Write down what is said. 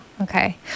okay